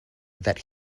that